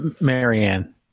marianne